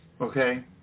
Okay